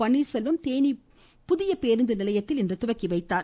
பன்னீர்செல்வம் தேனி புதிய பேருந்து நிலையத்தில் இன்று தொடங்கி வைத்தார்